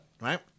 Right